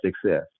success